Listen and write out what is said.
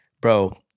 Bro